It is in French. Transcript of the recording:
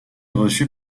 reçu